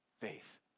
faith